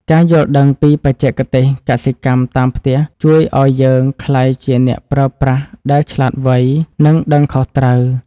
ការយល់ដឹងពីបច្ចេកទេសកសិកម្មតាមផ្ទះជួយឱ្យយើងក្លាយជាអ្នកប្រើប្រាស់ដែលឆ្លាតវៃ និងដឹងខុសត្រូវ។